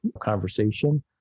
conversation